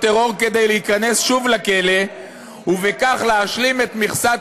טרור כדי להיכנס שוב לכלא ובכך להשלים את מכסת